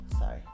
Sorry